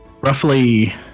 Roughly